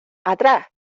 atrás